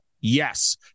Yes